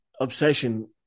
obsession